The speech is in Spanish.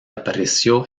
apareció